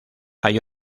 hay